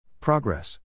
Progress